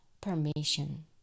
permission